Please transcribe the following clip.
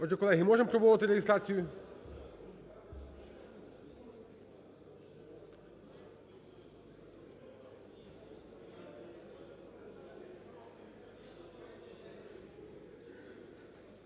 можемо проводити реєстрацію?